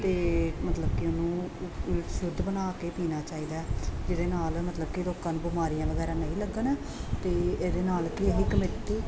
ਅਤੇ ਮਤਲਬ ਕਿ ਉਹਨੂੰ ਸ਼ੁੱਧ ਬਣਾ ਕੇ ਪੀਣਾ ਚਾਹੀਦਾ ਜਿਹਦੇ ਨਾਲ ਮਤਲਬ ਕਿ ਲੋਕਾਂ ਨੂੰ ਬਿਮਾਰੀਆਂ ਵਗੈਰਾ ਨਹੀਂ ਲੱਗਣ ਅਤੇ ਇਹਦੇ ਨਾਲ ਕਿ ਇਹ ਕਮੇਟੀ